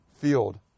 field